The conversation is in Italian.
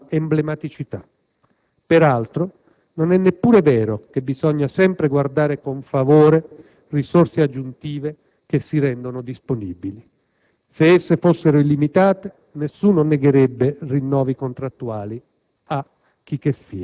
ha una sua emblematicità. Peraltro, non è neppure vero che bisogna sempre guardare con favore risorse aggiuntive che si rendono disponibili. Se esse fossero illimitate nessuno negherebbe rinnovi contrattuali a